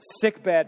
sickbed